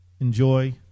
Enjoy